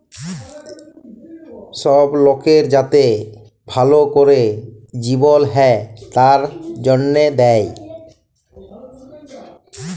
সব লকের যাতে ভাল ক্যরে জিবল হ্যয় তার জনহে দেয়